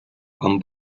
quan